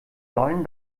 sollen